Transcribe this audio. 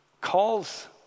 calls